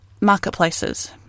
marketplaces